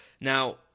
Now